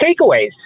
takeaways